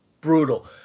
brutal